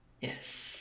Yes